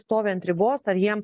stovi ant ribos ar jiem